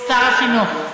שר החינוך.